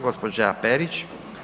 Gospođa Perić.